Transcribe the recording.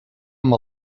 amb